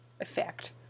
effect